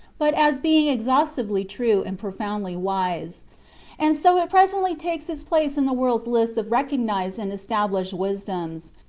but as being exhaustively true and profoundly wise and so it presently takes its place in the world's list of recognized and established wisdoms,